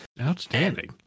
Outstanding